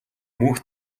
мөнх